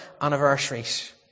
anniversaries